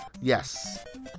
Yes